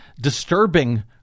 disturbing